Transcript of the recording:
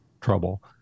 trouble